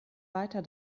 weiter